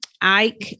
Ike